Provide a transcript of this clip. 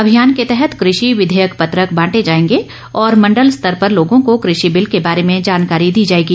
अभियान के तहत कृषि विधेयक पत्रक बांटे जाएंगे और मण्डल स्तर पर लोगों को कृषि बिल के बारे में जानकारी दी जाएगी